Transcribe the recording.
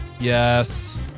Yes